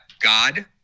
God